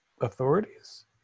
authorities